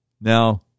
Now